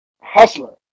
hustler